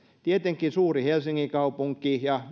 tietenkin suurella helsingin kaupungilla ja